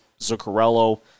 Zuccarello